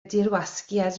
dirwasgiad